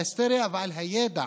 על ההיסטוריה והידע